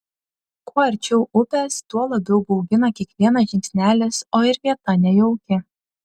kuo arčiau upės tuo labiau baugina kiekvienas žingsnelis o ir vieta nejauki